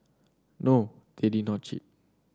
no they did not cheat